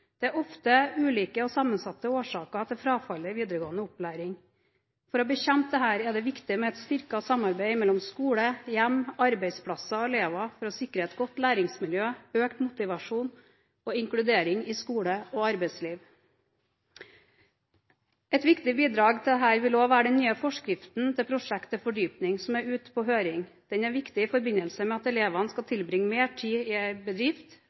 Det er ofte ulike og sammensatte årsaker til frafallet i videregående opplæring. For å bekjempe dette er det viktig med et styrket samarbeid mellom skole, hjem, arbeidsplasser og elever for å sikre et godt læringsmiljø, økt motivasjon, og inkludering i skole og arbeidsliv. Et viktig bidrag til dette vil også være den nye forskriften til faget prosjekt til fordypning, som er ute på høring. Den er viktig i forbindelse med at elevene skal tilbringe mer tid i en bedrift,